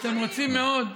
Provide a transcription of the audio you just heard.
אתם רוצים מאוד?